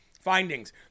findings